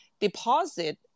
deposit